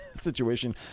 situation